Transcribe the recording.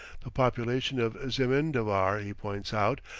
the population of zemindavar, he points out,